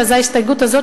וזאת ההסתייגות הזאת,